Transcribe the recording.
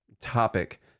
topic